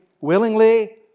willingly